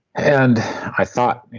and i thought,